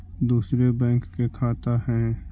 दुसरे बैंक के खाता हैं?